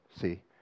See